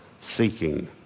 seeking